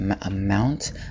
amount